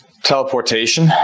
Teleportation